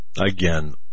Again